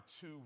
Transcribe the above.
two